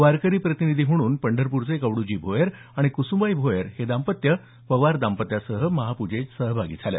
वारकरी प्रतिनिधी म्हणून पंढरपूरचे कवडूजी भोयर आणि कुसुमबाई भोयर हे दाम्पत्य पवार दाम्पत्यासह महापूजेत सहभागी झाले